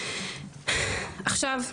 עכשיו,